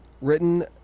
Written